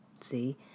See